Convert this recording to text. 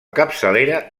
capçalera